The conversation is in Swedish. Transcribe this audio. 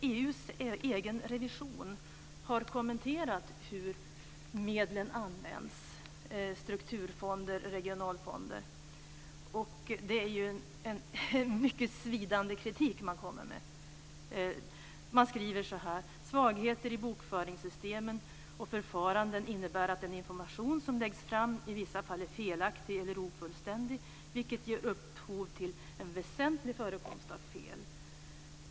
EU:s egen revision har kommenterat hur medlen används i strukturfonder och regionalfonder, och man kommer med en mycket svidande kritik. Man skriver så här: Svagheter i bokföringssystemen och förfaranden innebär att den information som läggs fram i vissa fall är felaktig eller ofullständig, vilket ger upphov till en väsentlig förekomst av fel.